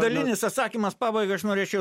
dalinis atsakymas pabaigai aš norėčiau